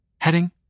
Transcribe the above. Heading